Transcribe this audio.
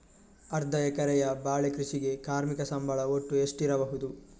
ಅರ್ಧ ಎಕರೆಯ ಬಾಳೆ ಕೃಷಿಗೆ ಕಾರ್ಮಿಕ ಸಂಬಳ ಒಟ್ಟು ಎಷ್ಟಿರಬಹುದು?